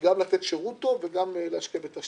גם לתת שירות טוב וגם להשקיע בתשתיות.